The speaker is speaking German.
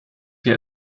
hier